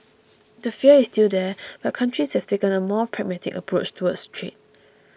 the fear is still there but countries have taken a more pragmatic approach towards trade